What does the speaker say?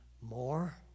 more